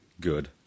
Good